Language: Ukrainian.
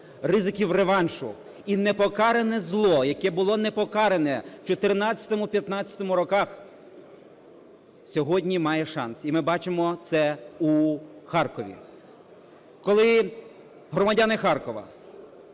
ризиків реваншу. І непокаране зло, яке було не покаране в 2014-2015 роках, сьогодні має шанс, і ми бачимо це у Харкові. Коли громадяни Харкова